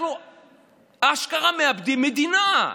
אנחנו אשכרה מאבדים מדינה.